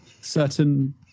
certain